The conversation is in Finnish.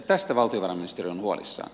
tästä valtiovarainministeriö on huolissaan